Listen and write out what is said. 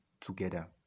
together